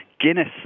Guinness